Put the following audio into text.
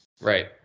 Right